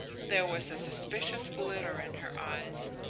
there was a suspicious glitter in her eyes,